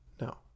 No